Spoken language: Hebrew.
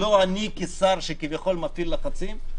לא אני כשר שמפעיל לחצים כביכול,